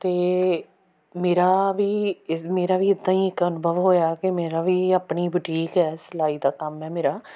ਅਤੇ ਮੇਰਾ ਵੀ ਇਸ ਮੇਰਾ ਵੀ ਇੱਦਾਂ ਹੀ ਇੱਕ ਅਨੁਭਵ ਹੋਇਆ ਕਿ ਮੇਰਾ ਵੀ ਆਪਣੀ ਬਟੀਕ ਹੈ ਸਿਲਾਈ ਦਾ ਕੰਮ ਹੈ ਮੇਰਾ